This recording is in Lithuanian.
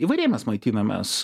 įvairiai mes maitinamės o